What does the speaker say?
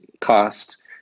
cost